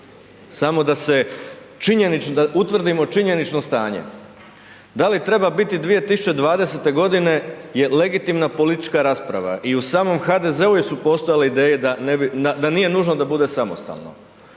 Samo da utvrdimo činjenično stanje. Da li treba biti 2020. g. je legitimna politička rasprava i u samom HDZ-u su postojale ideje da nije nužno da bude samostalno.